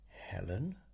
Helen